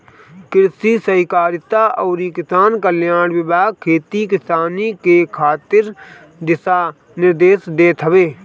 कृषि सहकारिता अउरी किसान कल्याण विभाग खेती किसानी करे खातिर दिशा निर्देश देत हवे